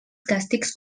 càstigs